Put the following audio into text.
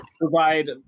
provide